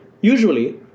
usually